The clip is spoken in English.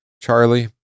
Charlie